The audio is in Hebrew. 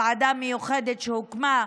ועדה מיוחדת שהוקמה,